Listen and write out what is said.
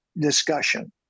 discussion